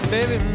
Baby